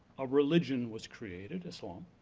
a religion was created, islam,